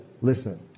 Listen